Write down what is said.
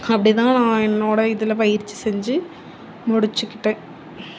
அப்படி தான் நான் என்னோட இதில் பயிற்சி செஞ்சு முடிச்சிக்கிட்டேன்